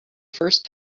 first